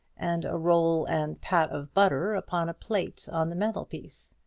and a roll and pat of butter upon a plate on the mantel-piece.